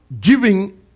giving